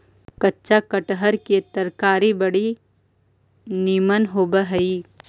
कच्चा कटहर के तरकारी बड़ी निमन होब हई